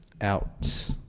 out